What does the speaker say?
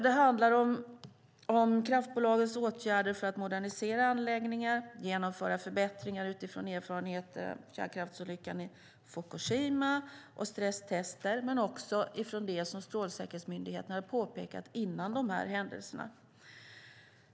Det handlar om kraftbolagens åtgärder för att modernisera anläggningar, genomföra förbättringar utifrån erfarenheter av kärnkraftsolyckan i Fukushima och stresstester, men också från det som Strålsäkerhetsmyndigheten har påpekat innan de här händelserna.